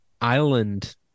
island